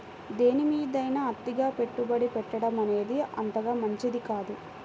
దేనిమీదైనా అతిగా పెట్టుబడి పెట్టడమనేది అంతగా మంచిది కాదు